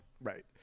Right